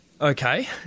Okay